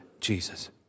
Jesus